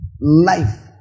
life